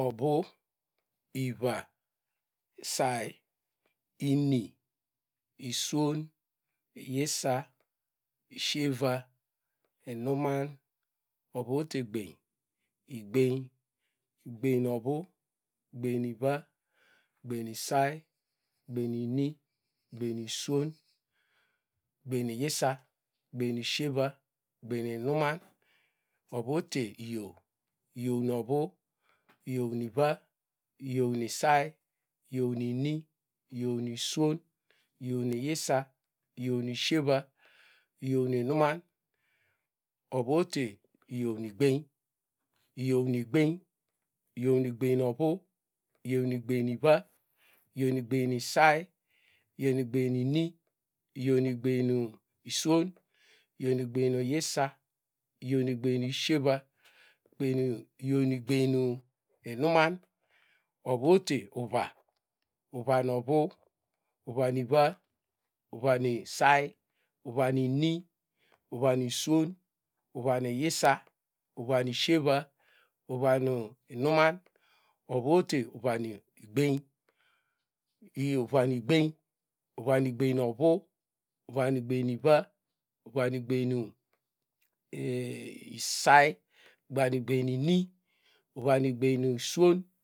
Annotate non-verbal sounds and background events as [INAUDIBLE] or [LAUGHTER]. Ovu wa say ini iswon iyisa ishieva inunam ovotegbem igbein egben no ovu egbem egbeni nu isay egbeni ini egbem iswon egbeni iyisa egbemishieva egbem inuman ovu ote mu iyow iyow na ovu iyow na iva iyowu nuisay iyow nu ovu iyow na iva iyowu nuosay iyow nu ini iyow nuisuon iyow nu iyisa iyowu nu ishieva iyow nu inuman ovu ote iyow nu igben iyow nuigberi iyow nu egben nu ova iyow ma egbein nu iva iyow nu egben nu isay iyow nu igben mini iyow nu igem nu iswon iyow nu egben nu iyisa iyow nu egben nu ishieva iyow nu egbein nu inuman ovu ote uva uva nu ovu waniniva uva nu isay uvan ini uvaniva wua nu isay uvan ini wan iswon iswon ivanu iyisa uvanu ishievre uva nu inuman ovu ote uvanu igbein iyoo uva nu igbem uvanu egban na ova uvanuigbem na iva nu egbenu [HESITATION] isay uva mu egben nu ini uva nu egben nu iswon.